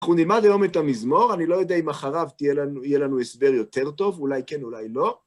אנחנו נלמד היום את המזמור, אני לא יודע אם אחריו יהיה לנו הסבר יותר טוב, אולי כן, אולי לא.